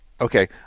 Okay